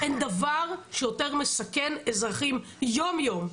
אין דבר שיותר מסכן אזרחים יום יום.